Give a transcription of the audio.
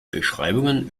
beschreibungen